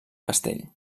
castell